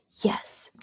yes